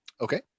Okay